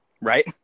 Right